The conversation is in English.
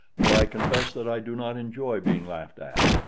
for i confess that i do not enjoy being laughed at.